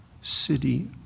city